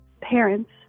parents